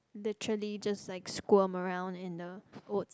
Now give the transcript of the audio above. naturally just like squirm around in the oats